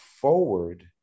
forward